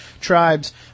tribes